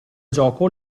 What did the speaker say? gioco